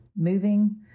Moving